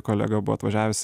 kolega buvo atvažiavęs